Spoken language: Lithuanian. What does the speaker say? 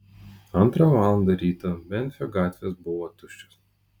antrą valandą ryto memfio gatvės buvo tuščios